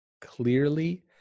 clearly